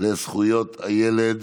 לזכויות הילד.